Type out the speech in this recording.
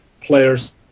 players